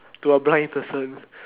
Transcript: to a blind person